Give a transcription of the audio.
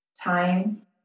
time